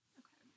okay